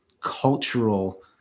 cultural